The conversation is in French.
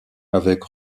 avec